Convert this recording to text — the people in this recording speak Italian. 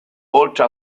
oltre